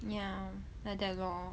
ya like that lor